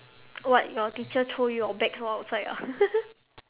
what your teacher throw you your bags all outside ah